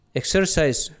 exercise